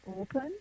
open